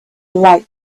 light